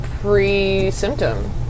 Pre-symptom